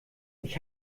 ich